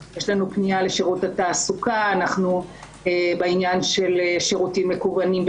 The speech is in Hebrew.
יש לנו פנייה לשירות התעסוקה בעניין של שירותים מקוונים,